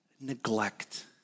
neglect